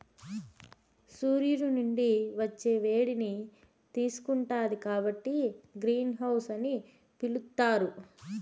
సూర్యుని నుండి వచ్చే వేడిని తీసుకుంటాది కాబట్టి గ్రీన్ హౌస్ అని పిలుత్తారు